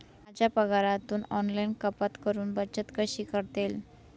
माझ्या पगारातून ऑनलाइन कपात करुन बचत कशी करता येईल?